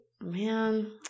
Man